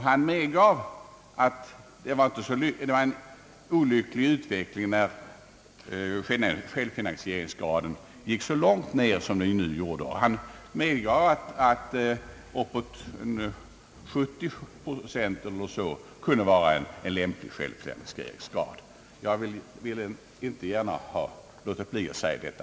Han medgav att det var en olycklig utveckling när självfinansieringsgraden sjönk så långt ned som den har gjort. Och han erkände att en självfinansieringsgrad på omkring 70 procent kunde vara lämplig. Jag ville inte underlåta att framföra detta.